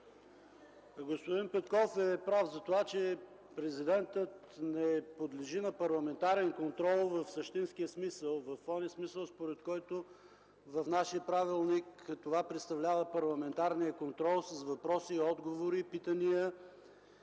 Господин Петков е прав, за това че президентът не подлежи на парламентарен контрол в същинския смисъл – в този смисъл, според който в нашия правилник това представлява парламентарния контрол с въпроси и отговори, с питания